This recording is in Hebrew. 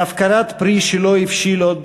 והפקרת פרי שלא הבשיל עוד